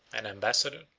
an ambassador,